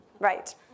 Right